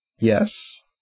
Yes